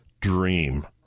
dream